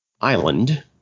Island